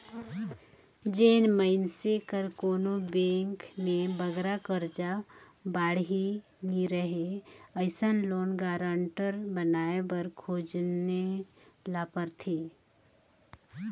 जेन मइनसे कर कोनो बेंक में बगरा करजा बाड़ही नी रहें अइसन लोन गारंटर बनाए बर खोजेन ल परथे